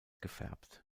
gefärbt